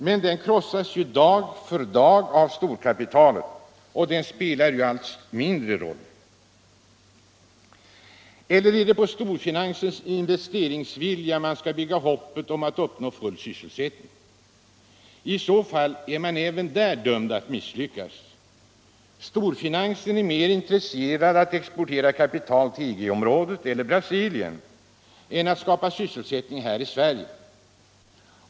Men den krossas ju dag för dag av storkapitalet och spelar allt mindre roll. EHer är det på storfinansens investeringsvilja man skall bygga hoppet om att uppnå full! svsselsättning? I så fall är man dömd att misslyckas. Storfinansen är mer intresserad av att exportera kapital till EG-området eller Brasilien än att skapa sysselsättning här i Sverige.